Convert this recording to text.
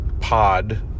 pod